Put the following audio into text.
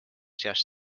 seas